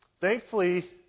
Thankfully